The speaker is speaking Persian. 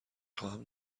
خواهم